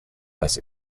less